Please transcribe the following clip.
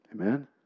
Amen